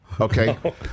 okay